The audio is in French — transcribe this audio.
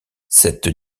cette